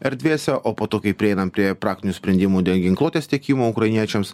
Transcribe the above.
erdvėse o po to kai prieinam prie praktinių sprendimų dėl ginkluotės tiekimo ukrainiečiams